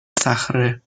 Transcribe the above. صخره